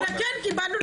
אני רוצה לבוא לסיור.